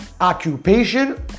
occupation